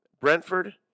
Brentford